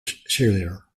cheerleader